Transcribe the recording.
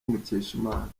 mukeshimana